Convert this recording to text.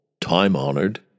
time-honored